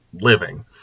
living